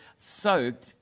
soaked